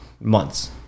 months